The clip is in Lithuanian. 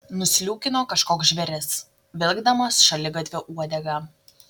nusliūkino kažkoks žvėris vilkdamas šaligatviu uodegą